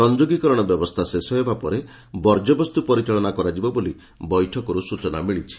ସଂଯୋଗୀକରଣ ବ୍ୟବସ୍ରା ଶେଷ ହେବା ପରେ ବର୍ଜ୍ୟବସ୍ତୁ ପରିଚାଳନା କରାଯିବ ବୋଲି ବୈଠକର୍ ସୂଚନା ମିଳିଛି